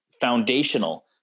foundational